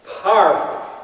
powerful